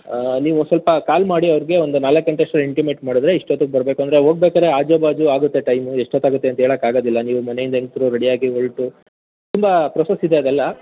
ಹಾಂ ನೀವು ಸ್ವಲ್ಪ ಕಾಲ್ ಮಾಡಿ ಅವ್ರ್ರಿಗೆ ಒಂದು ನಾಲ್ಕು ಗಂಟೆ ಅಷ್ಟ್ರಲ್ಲಿ ಇಂಟಿಮೇಟ್ ಮಾಡಿದ್ರೆ ಇಸ್ಟು ಹೊತ್ತಗೆ ಬರಬೇಕು ಅಂದರೆ ಹೋಗಬೇಕಾದ್ರೆ ಆಜು ಬಾಜು ಆಗುತ್ತೆ ಟೈಮು ಎಷ್ಟು ಹೊತ್ತಾಗುತ್ತೆ ಅಂತ ಹೇಳಕ್ಕೆ ಆಗೋದಿಲ್ಲ ನೀವು ಮನೆಯಿಂದ ಹೆಂಗಸ್ರು ರೆಡಿಯಾಗಿ ಹೊರಟು ತುಂಬ ಪ್ರೋಸಸ್ ಇದೆ ಅದೆಲ್ಲ